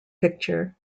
picture